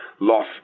Loss